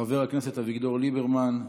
חבר הכנסת אביגדור ליברמן,